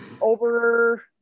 over